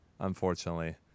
Unfortunately